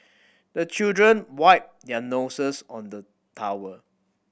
the children wipe their noses on the towel